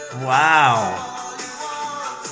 Wow